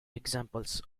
examples